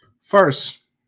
First